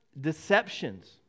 deceptions